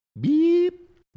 beep